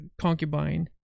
concubine